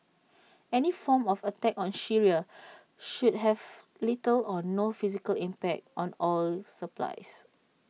any form of attack on Syria should have little or no physical impact on oil supplies